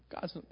God's